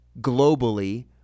globally